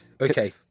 Okay